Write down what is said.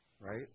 right